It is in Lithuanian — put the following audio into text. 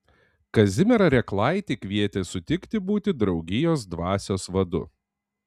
kazimierą rėklaitį kvietė sutikti būti draugijos dvasios vadu